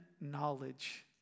knowledge